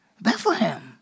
Bethlehem